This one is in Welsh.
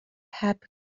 heb